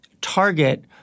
target